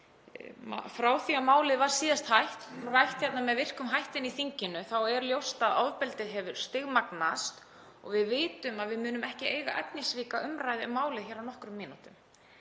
Frá því að málið var síðast rætt með virkum hætti inni í þinginu er ljóst að ofbeldið hefur stigmagnast og við vitum að við munum ekki eiga efnisríka umræðu um málið hér á nokkrum mínútum.